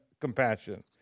compassion